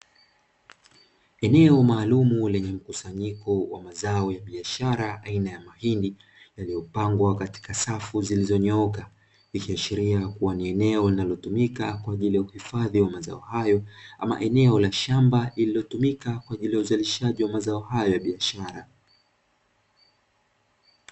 Eneo maalumu lenye mkusanyiko wa mazao ya biashara aina ya mahindi yaliyopangwa katika safu zilizonyooka, ikiashiria kuwa ni eneo linalotumika kwa ajili ya uhifadhi wa mazao hayo ama eneo la shamba lililotumika kwa ajili ya uzalishaji wa mazao hayo ya biashara.